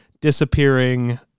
disappearing